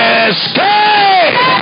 escape